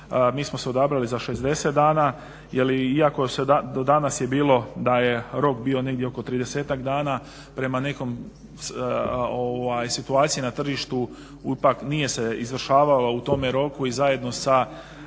Mi smo odabrali za 60 dana jer iako do danas je bilo da je rok bio negdje oko 30-ak dana prema nekoj situaciji na tržištu ipak nije se izvršavalo u tome roku. I zajedno sa